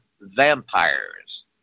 vampires